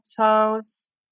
toes